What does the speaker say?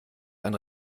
ein